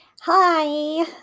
Hi